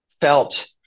felt